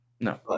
No